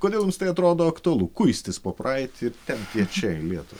kodėl jums tai atrodo aktualu kuistis po praeitį ir tempt ją čia į lietuvą